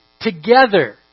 together